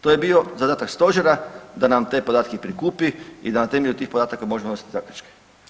To je bio zadatak stožera da nam te podatke prikupi i da na temelju tih podataka možemo donosit zaključke.